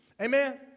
Amen